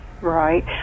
Right